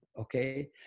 Okay